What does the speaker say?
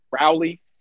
Rowley